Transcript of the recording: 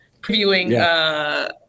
previewing